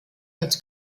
als